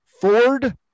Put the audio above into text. Ford